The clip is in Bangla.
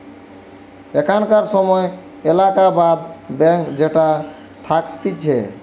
এখানকার সময় এলাহাবাদ ব্যাঙ্ক যেটা থাকতিছে